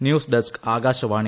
news desk ആക്ടാൾവാണി